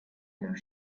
their